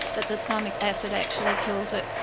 that the stomach acid actually kills it.